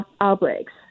outbreaks